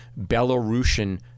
Belarusian